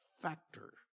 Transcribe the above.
factor